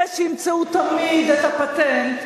אלה שימצאו תמיד את הפטנט,